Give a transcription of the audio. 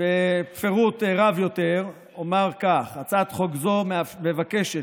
בפירוט רב יותר אומר כך: הצעת חוק זו מבקשת